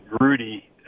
Rudy